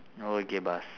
okay boss